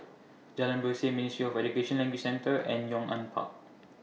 Jalan Berseh Ministry of Education Language Centre and Yong An Park